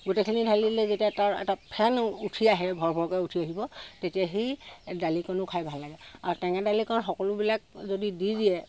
গোটেইখিনি ঢালি দিলে যেতিয়া তাৰ এটা ফেন উঠি আহে ভৰভৰকৈ উঠি আহিব তেতিয়া সেই দালিকণো খাই ভাল লাগে আও টেঙা দালিকণ সকলোবিলাক যদি দি দিয়ে